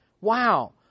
Wow